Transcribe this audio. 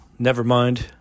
Nevermind